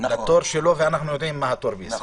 לתור שלו, ואנו יודעים מה התור בישראל.